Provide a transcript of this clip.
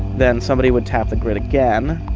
then somebody would tap the grid again,